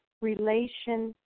relation